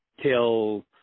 till